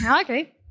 Okay